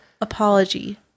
apology